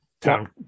Town